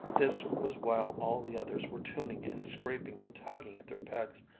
this was while all the others were tuning and scraping and tugging at their pegs,